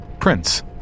Prince